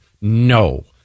No